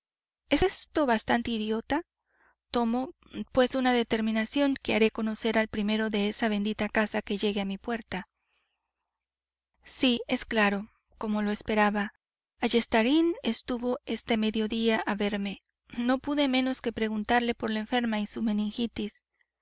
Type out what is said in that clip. es esto bastante idiota tomo pues una determinación que haré conocer al primero de esa bendita casa que llegue a mi puerta sí es claro como lo esperaba ayestarain estuvo este mediodía a verme no pude menos que preguntarle por la enferma y su meningitis